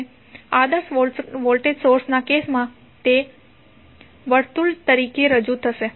અને આદર્શ વોલ્ટેજ સોર્સના કેસ માં તે વર્તુળ તરીકે રજુ થશે